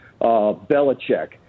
Belichick